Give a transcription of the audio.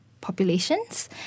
populations